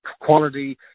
quality